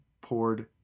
poured